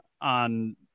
on